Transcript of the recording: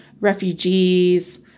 refugees